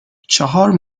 چهار